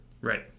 Right